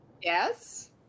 Yes